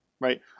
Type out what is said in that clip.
Right